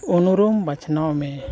ᱩᱱᱩᱨᱩᱢ ᱵᱟᱪᱷᱱᱟᱣ ᱢᱮ